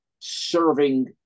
Serving